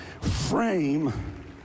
frame